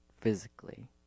physically